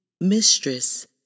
Mistress